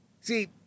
See